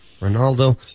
Ronaldo